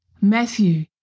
Matthew